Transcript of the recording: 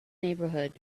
neighborhood